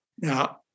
Now